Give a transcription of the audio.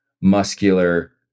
muscular